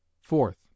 fourth